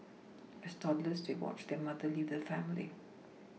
as toddlers they watched their mother leave the family